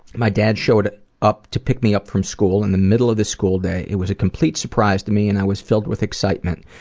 my dad showed up to pick me up from school in the middle of the school day. it was a complete surprise to me and i was filled with excitement.